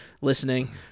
listening